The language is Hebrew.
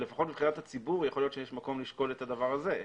לפחות מבחינת הציבור יכול להיות שיש מקום לשקול את הדבר הזה,